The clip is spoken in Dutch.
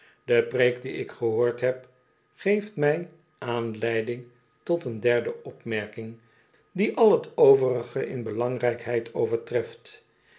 de preek die ik gehoord heb geeft mij aanleiding tot een derde opmerking die al het overige in belangrijkheid overtreft